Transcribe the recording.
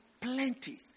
plenty